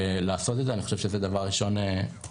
לעשות את זה, אני חושב שזה דבר ראשון חשוב.